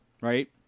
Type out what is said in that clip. right